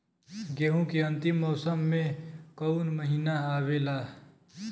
गेहूँ के अंतिम मौसम में कऊन महिना आवेला?